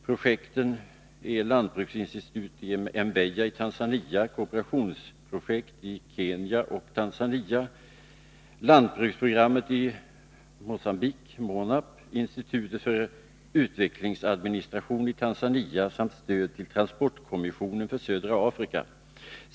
Projekten är lantbruksinstitut i Mbeya i Tanzania, kooperationsprojekt i Kenya och Tanzania, lantbruksprogrammet i Mogambique , institutet för utvecklingsadministration i Tanzania samt stöd till transportkommissionen för södra Afrika.